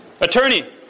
Attorney